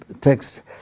text